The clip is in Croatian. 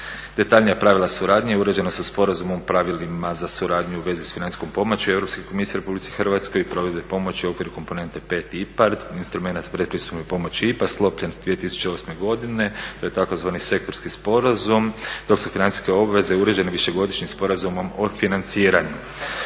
Detaljnija pravila suradnje uređena su sporazumom, pravilima za suradnju u vezi s financijskom pomoći Europske komisije Republici Hrvatskoj i provedbe pomoći u okviru komponentu 5 IPARD, instrumenat predpristupne pomoći IPA sklopljen 2008. godine. To je tzv. sektorski sporazum, dok su financije obveze uređene višegodišnjim sporazumom o financiranju.